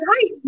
hi